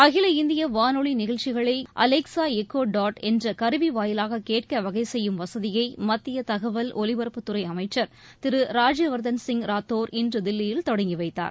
அகில இந்திய வானொலி நிகழ்ச்சிகளை அலக்சா எக்கோ டாட் என்ற ஊடக நடைமுறை வாயிலாக கேட்க வகை செய்யும் வசதியை மத்திய தகவல் ஒலிபரப்புத்துறை அமைச்சர் திரு ராஜ்யவர்தன் சிங் ராத்தோர் இன்று தில்லியில் தொடங்கிவைத்தார்